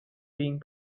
being